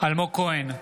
אלמוג כהן,